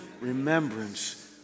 remembrance